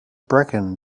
brkan